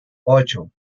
ocho